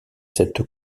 cette